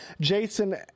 jason